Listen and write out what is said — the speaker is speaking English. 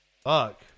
Fuck